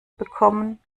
bekommen